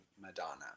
Madonna